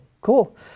cool